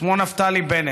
שמו נפתלי בנט.